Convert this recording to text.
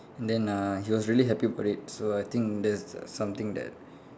then uh he was really happy about it so I think that's s~ something that